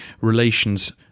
relations